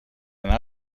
anar